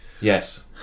Yes